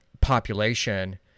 population